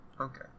Okay